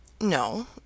No